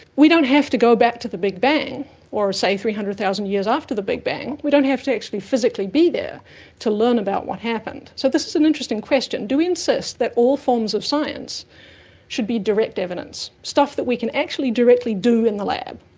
we don't have to go back to the big bang or, say, three hundred thousand years after the big bang, we don't have to actually physically be there to learn about what happened. so this is an interesting question. do we insist that all forms of science should be direct evidence, stuff that we can actually directly do in the lab?